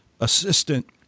assistant